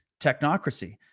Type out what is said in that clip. technocracy